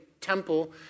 temple